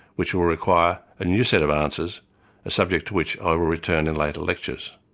which will require a new set of answers a subject to which i will return in later lectures.